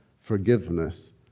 forgiveness